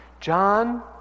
John